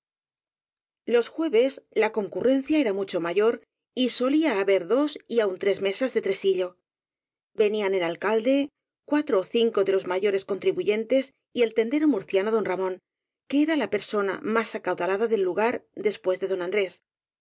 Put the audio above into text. los jueves la concurrencia era mucho mayor y solía haber dos y aun tres mesas de tresillo venían el alcalde cuatro ó cinco de los mayores contribu yentes y el tendero murciano don ramón que era la persona más acaudalada del lugar después de don andrés